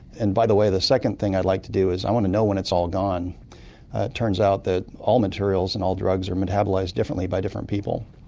and by the way, the second thing i'd like to do is i want to know when it's all gone. it turns out that all materials and all drugs are metabolised differently by different people.